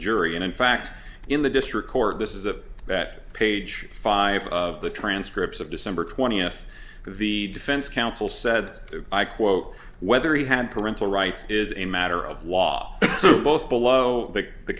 jury and in fact in the district court this is of that page five of the transcripts of december twentieth the defense counsel said i quote whether he had parental rights is a matter of law both below the